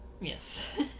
Yes